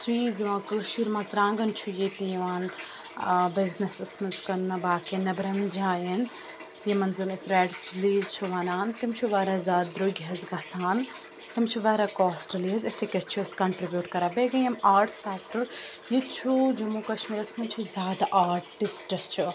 چیٖز یِوان کٲشِر مژرٛانٛگَن چھُ ییٚتہِ یِوان بِزنِسَس منٛز کننہٕ باقی نٮ۪برَن جایَن یِمَن زَن أسۍ ریٚڈ چِلیٖز چھِ وَنان تِم چھِ واریاہ زیادٕ درٛوٚگۍ حظ گَژھان تِم چھِ واریاہ کاسٹلی حظ اِتھٕے کٔٹھۍ چھِ أسۍ کَنٹِبوٗٹ کَران بیٚیہِ گٔے یِم آٹٕس سٮ۪کٹَر ییٚتہِ چھُ جموں کَشمیٖرَس منٛز چھِ زیادٕ آٹِسٹ چھِ